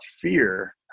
fear